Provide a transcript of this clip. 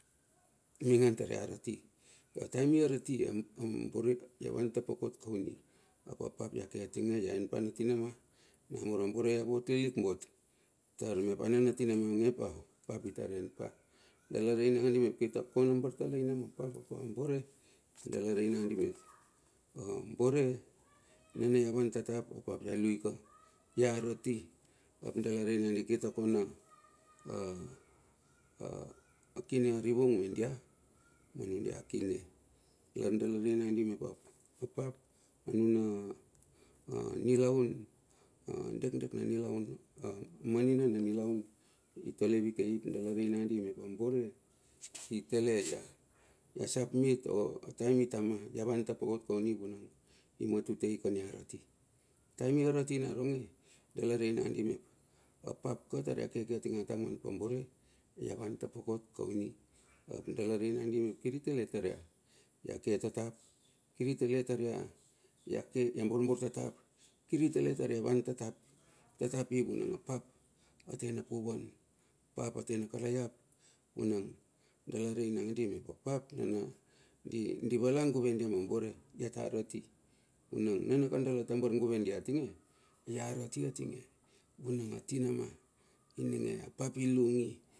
Imaingan tar ia arati. Ai taem i arati aiambore ia van tapokoi kauni ap a pap ia ke atinge ia en pa na timana namur abore ia vot lilik bot tar ana natina ma a pap itar en pa. Dala rei nandi mep kirta kona bartalaina ma pap apa bore nana ia van tatap a papa ia lui ka. Ia arati. Dala rei nandi mep kirta kona kine a rivung me dia manu dia kine. Ilar dala rei nandi mep a pap anuna nilaun a dekdek na nilaun a manina na nilaun i tole vikei tar rei nandi mep abore, i tale ia sapmit o. taem itama, ia vantapokoi kauni vunang ia matutei kan ia arati. A taem i arati naronge, dala rei nandi mep a pap ka tar ia keke atinge ataman pi ambore ia van tapokot kauni. Dala rei nandi mep kiri talei tar ia ke tatap, kiri talei tar ia borbor tatap, kiri talei tar ia van tatapi, vunang a pap atena puvan. Apap atena kalaiap vunang, dala rei nadi mep apap nana di valan guve dia ma bore, ia ta arati. Vunang nana ka da tambar guve dia tinge, ia arati atinge vung atinama ininge. apap i lungi.